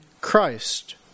Christ